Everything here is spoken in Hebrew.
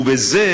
ובזה